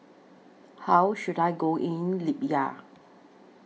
How should I Go in Libya